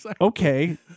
okay